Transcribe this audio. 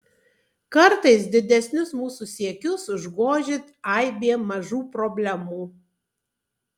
kartais didesnius mūsų siekius užgožia aibė mažų problemų